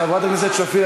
חברת הכנסת שפיר,